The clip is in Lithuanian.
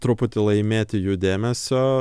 truputį laimėti jų dėmesio